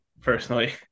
personally